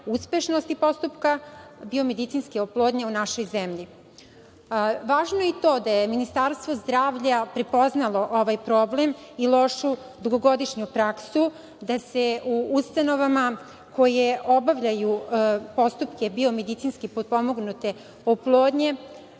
uspešnosti postupka biomedicinske oplodnje u našoj zemlji. Važno je i to da je Ministarstvo zdravlja prepoznalo ovaj problem i lošu dugogodišnju praksu da se u ustanovama koje obavljaju postupke biomedicinski potpomognute oplodnje